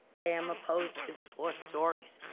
i am opposed to the four stories.